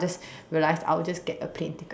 realize I will just get a plane ticket